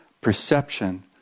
perception